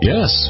Yes